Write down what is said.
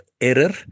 error